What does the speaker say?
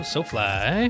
SoFly